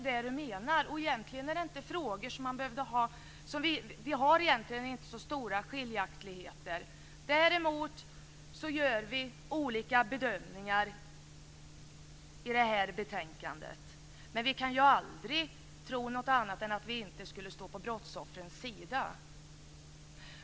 Jag kan inte tänka mig att det är vad hon menar. Det är egentligen inte så stora skiljaktigheter. Däremot gör vi olika bedömningar i betänkandet. Vi kan aldrig tro något annat än att vi står på brottsoffrens sida.